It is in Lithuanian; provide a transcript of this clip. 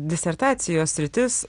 disertacijos sritis